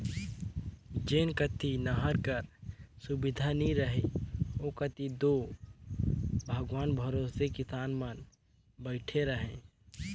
जेन कती नहर कर सुबिधा नी रहें ओ कती दो भगवान भरोसे किसान मन बइठे रहे